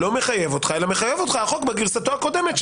הוא לא מחייב אותך אלא מחייב אותך החוק בגרסתו הקודמת,